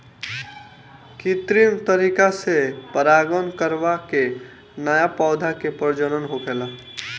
कित्रिम तरीका से परागण करवा के नया पौधा के प्रजनन होखेला